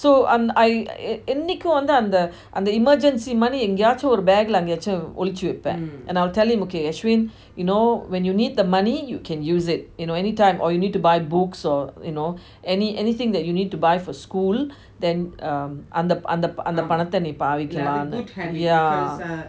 so an~ I I இன்னிக்கி வந்து அந்த அந்த:inniki vanthu antha antha emergency money எங்கேயாச்சு ஒரு:engayachi oru bag lah ஒளிச்சி வெப்பம்:olichi veppan and I'll tell him okay ashwin you know when you need money you can use it you know anytime you need to buy books or you know any anything you need to buy for school then um அந்த அந்த அந்த பணத்தை நீ பாவிக்கலாம்:antha antha antha panatha nee paavikalam yeah